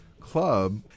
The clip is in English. Club